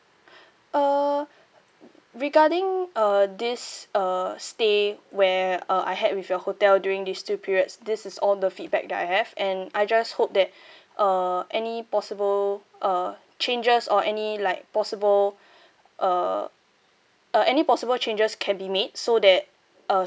err regarding uh this uh stay where uh I had with your hotel during these two periods this is all the feedback that I have and I just hope that uh any possible uh changes or any like possible uh uh any possible changes can be made so that uh